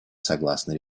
согласно